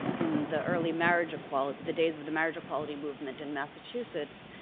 in the early marriage equality the days of the marriage equality movement in massachusetts,